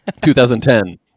2010